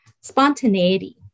spontaneity